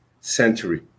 century